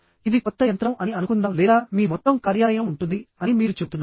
ఇది కొత్త యంత్రం అని అనుకుందాం లేదా మీ మొత్తం కార్యాలయం ఉంటుంది అని మీరు చెబుతున్నారు